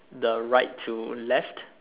the right to left